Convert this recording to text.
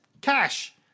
cash